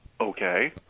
Okay